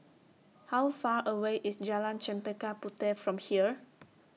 How Far away IS Jalan Chempaka Puteh from here